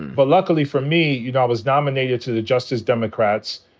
but luckily for me, you know, i was nominated to the justice democrats.